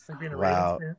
Wow